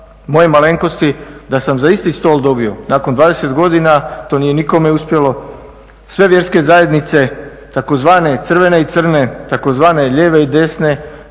moje malenkosti, da sam za isti stol dobio nakon 20 godina, to nije nikome uspjelo, sve vjerske zajednice, tzv. crvene i crne, tzv. lijeve i desne